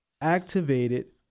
Activated